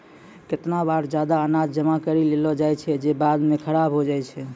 केतना बार जादा अनाज जमा करि लेलो जाय छै जे बाद म खराब होय जाय छै